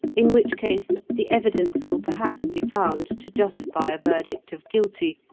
in which case the evidence will perhaps be found to justify a verdict of guilty,